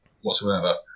whatsoever